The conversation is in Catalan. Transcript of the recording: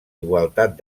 igualtat